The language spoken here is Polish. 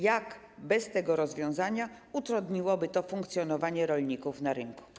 Jak brak tego rozwiązania utrudniłby funkcjonowanie rolników na rynku?